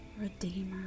redeemer